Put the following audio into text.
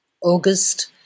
August